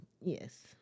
Yes